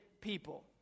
people